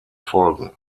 folgen